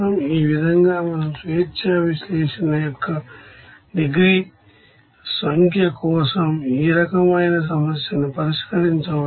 ఈ విధంగా మనం స్వేచ్ఛా విశ్లేషణ యొక్క డిగ్రీస్ అఫ్ ఫ్రీడమ్ కోసం ఈ రకమైన సమస్యను పరిష్కరించవచ్చు